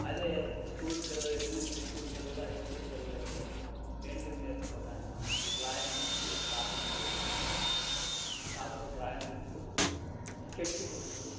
అదే స్కూల్ పిల్లలు elementary school పిల్లలు హై స్కూల్ పిల్లలైతే పెయింటింగ్ నేర్చుకోవటానికి సంబంధించి డ్రాయింగ్ బుక్సు షాపుల్లో దొరుకుతున్నయి షాపులో డ్రాయింగ్ బుక్సు స్కెచ్ బుక్సు